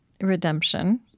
redemption